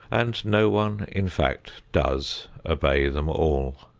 and no one, in fact, does obey them all.